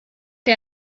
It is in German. dir